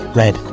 red